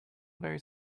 very